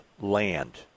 Land